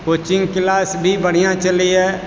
coaching class भी बढ़िया चलैए